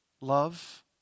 Love